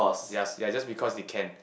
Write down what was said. yes ya just because they can